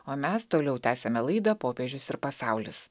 o mes toliau tęsiame laidą popiežius ir pasaulis